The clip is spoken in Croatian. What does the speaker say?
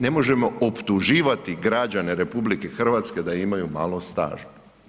Ne možemo optuživati građane RH da imaju malo staža.